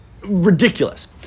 ridiculous